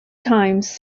times